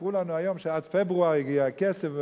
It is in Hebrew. סיפרו לנו היום שעד פברואר יגיע הכסף,